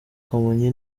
kamonyi